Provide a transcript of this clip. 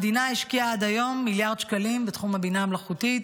המדינה השקיעה עד היום מיליארד שקלים בתחום הבינה המלאכותית.